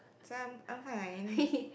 some I'm fine